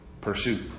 Pursuit